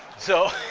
so.